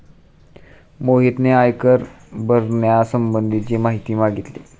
मोहितने आयकर भरण्यासंबंधीची माहिती मागितली